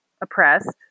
oppressed